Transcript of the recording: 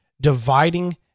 dividing